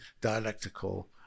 dialectical